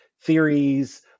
theories